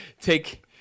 Take